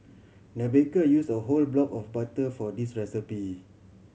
the baker use a whole block of butter for this recipe